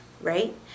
right